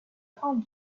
palm